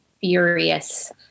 furious